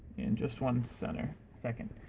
in just one center second.